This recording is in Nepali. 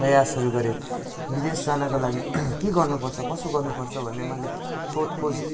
प्रयासहरू गरेँ विदेश जानको लागि के गर्नु पर्छ कसो गर्नु पर्छ भन्ने मैले सोध खोज